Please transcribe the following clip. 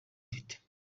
afite